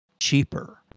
cheaper